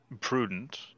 prudent